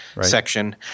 section